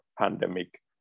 pandemic